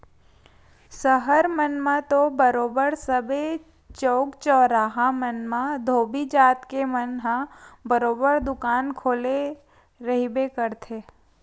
सहर मन म तो बरोबर सबे चउक चउराहा मन म धोबी जात के मन ह बरोबर दुकान खोले रहिबे करथे